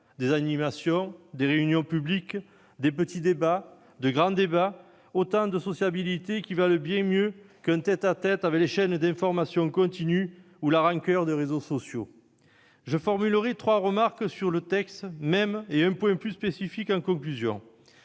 des animations, des réunions publiques, de petits ou de grands débats ; autant de sociabilités qui valent bien mieux qu'un tête-à-tête avec les chaînes d'information en continu ou avec la rancoeur de réseaux sociaux. Je formulerai trois remarques sur le texte même, et un point plus spécifique en conclusion.